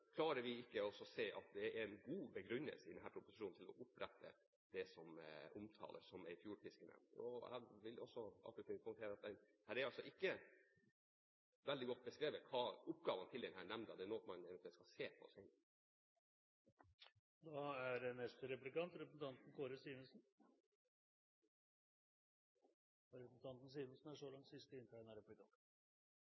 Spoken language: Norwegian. klarer vi ikke å se at det er en god begrunnelse i proposisjonen for å opprette det som omtales som en fjordfiskenemnd. Jeg vil også avslutte mitt punkt her med at det ikke er veldig godt beskrevet hva oppgavene til denne nemnden skal være. Det er noe man eventuelt skal se på senere. Den saken vi behandler i dag, er